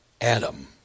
adam